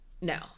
No